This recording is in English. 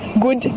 good